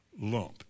lump